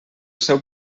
seu